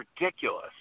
ridiculous